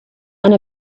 and